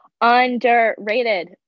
Underrated